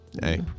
hey